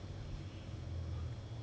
orh 你的是 the three days recurrent